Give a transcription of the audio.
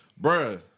Bruh